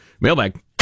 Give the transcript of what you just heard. Mailbag